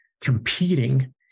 competing